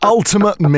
Ultimate